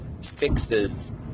fixes